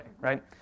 right